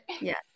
yes